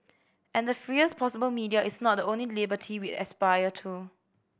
and the freest possible media is not the only liberty we aspire to